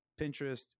Pinterest